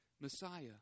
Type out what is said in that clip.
Messiah